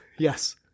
Yes